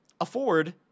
afford